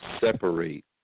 separate